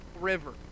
river